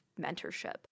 mentorship